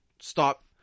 stop